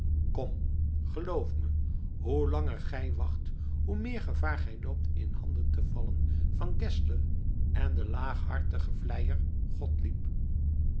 kom geloof me hoe langer gij wacht hoe meer gevaar gij loopt in handen te vallen van geszler en den laaghartigen vleier